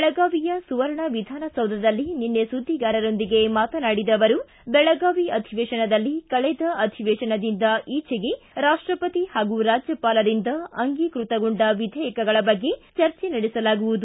ಬೆಳಗಾವಿಯ ಸುವರ್ಣ ವಿಧಾನಸೌಧದಲ್ಲಿ ನಿನ್ನೆ ಸುದ್ದಿಗಾರರೊಂದಿಗೆ ಮಾತನಾಡಿದ ಅವರು ಬೆಳಗಾವಿ ಅಧಿವೇಶದಲ್ಲಿ ಕಳೆದ ಅಧಿವೇಶದಿಂದ ಈಜೆಗೆ ರಾಷ್ಟಪತಿ ಹಾಗೂ ರಾಜ್ಯಪಾಲರಿಂದ ಅಂಗೀಕೃತಗೊಂಡ ವಿಧೇಯಕಗಳ ಬಗ್ಗೆ ಚರ್ಚೆ ನಡೆಸಲಾಗುವುದು